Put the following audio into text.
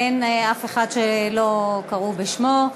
אין אף אחד שלא קראו בשמו.